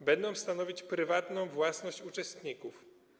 będą stanowić prywatną własność uczestników.